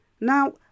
Now